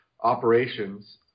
operations